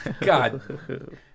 God